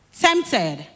tempted